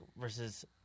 versus